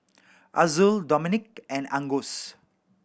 Azul Dominique and Angus